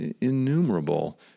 innumerable